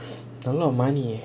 a lot of money eh